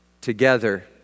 together